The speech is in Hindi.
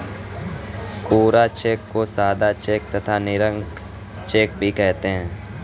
कोरा चेक को सादा चेक तथा निरंक चेक भी कहते हैं